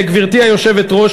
גברתי היושבת-ראש,